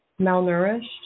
Malnourished